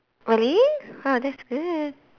really !wah! that's good